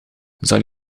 zal